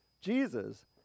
Jesus